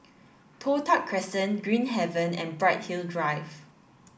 Toh Tuck Crescent Green Haven and Bright Hill Drive